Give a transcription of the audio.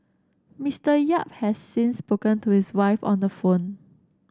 Mister Yap has since spoken to his wife on the phone